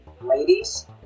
Ladies